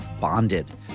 bonded